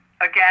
Again